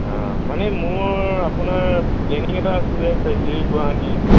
মানে মোৰ আপোনাৰ প্লেনিং এটা আছিলে ট্ৰেভলিং গুৱাহাটী